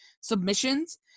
submissions